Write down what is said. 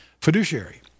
Fiduciary